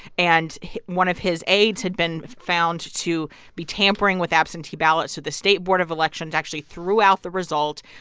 and one of his aides had been found to be tampering with absentee ballots. so the state board of elections actually threw out the result,